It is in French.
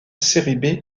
serie